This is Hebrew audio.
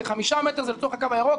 זה חמישה מטרים לצורך הקו הירוק.